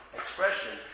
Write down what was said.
expression